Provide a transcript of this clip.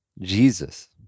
jesus